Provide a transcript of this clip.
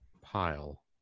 pile